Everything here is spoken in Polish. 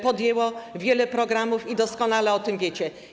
Powstało wiele programów i doskonale o tym wiecie.